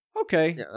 Okay